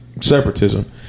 separatism